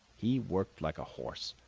he worked like a horse,